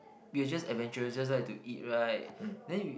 you're just adventurous just like to eat right then you